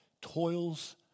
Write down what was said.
toils